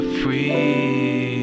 free